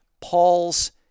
Paul's